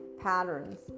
patterns